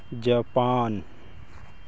Japan